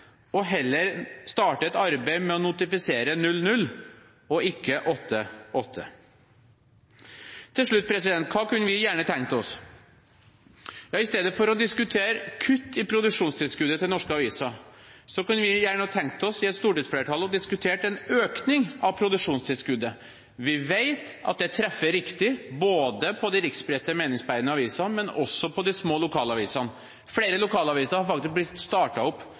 og heller starte et arbeid med å notifisere 0–0 – ikke 8–8. Til slutt: Hva kunne vi gjerne tenkt oss? I stedet for å diskutere kutt i produksjonstilskuddet til norske aviser kunne vi, et stortingsflertall, gjerne tenkt oss å diskutere en økning av produksjonstilskuddet. Vi vet at det treffer riktig både på de riksdekkende meningsbærende avisene og også på de små lokalavisene. Flere lokalaviser har faktisk blitt startet opp